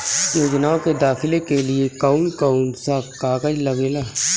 योजनाओ के दाखिले के लिए कौउन कौउन सा कागज लगेला?